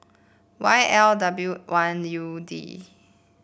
Y L W one U D